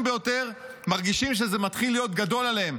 ביותר מרגישים שזה מתחיל להיות גדול עליהם.